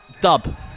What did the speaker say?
dub